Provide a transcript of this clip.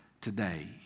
today